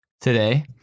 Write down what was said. Today